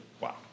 Wow